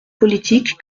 politique